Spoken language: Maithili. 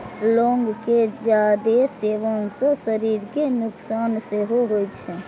लौंग के जादे सेवन सं शरीर कें नुकसान सेहो होइ छै